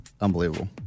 unbelievable